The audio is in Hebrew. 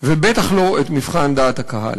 ובטח לא את מבחן דעת הקהל.